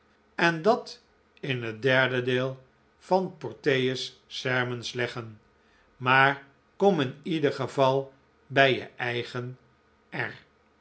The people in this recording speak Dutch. en dat in het derde deel van porteus's sermons leggen maar kom in ieder geval bij je eigen r